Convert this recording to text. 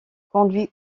conduit